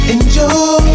Enjoy